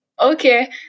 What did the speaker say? Okay